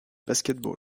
basketball